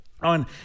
on